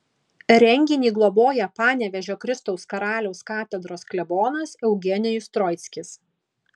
renginį globoja panevėžio kristaus karaliaus katedros klebonas eugenijus troickis